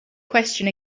question